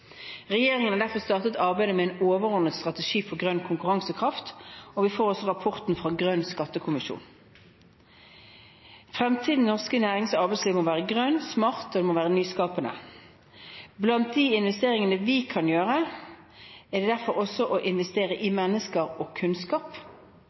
Regjeringen har derfor startet arbeidet med en overordnet strategi for grønn konkurransekraft, og vi får også rapporten fra Grønn skattekommisjon. Fremtiden i norsk arbeids- og næringsliv må være grønn, smart og nyskapende. Blant de investeringene vi kan gjøre, er derfor også å investere i mennesker og kunnskap.